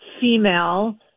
female